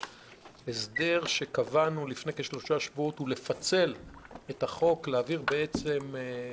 ההסדר שקבענו לפני כשלושה שבועות הוא לפצל את החוק ולהעביר חקיקה